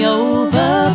over